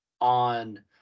on